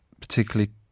particularly